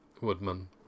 Woodman